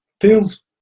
feels